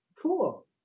Cool